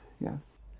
yes